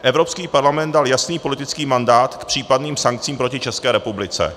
Evropský parlament dal jasný politický mandát k případným sankcím proti České republice.